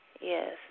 yes